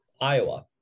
Iowa